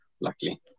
luckily